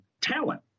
talent